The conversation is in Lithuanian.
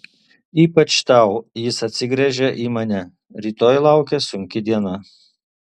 ypač tau jis atsigręžia į mane rytoj laukia sunki diena